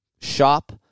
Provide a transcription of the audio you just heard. Shop